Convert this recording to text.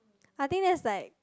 I think that's like